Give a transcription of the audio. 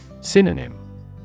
Synonym